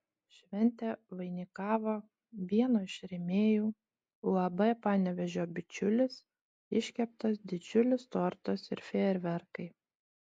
šventę vainikavo vieno iš rėmėjų uab panevėžio bičiulis iškeptas didžiulis tortas ir fejerverkai